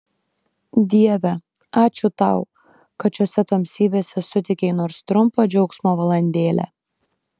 dieve ačiū tau kad šiose tamsybėse suteikei nors trumpą džiaugsmo valandėlę